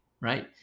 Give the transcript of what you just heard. right